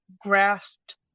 grasped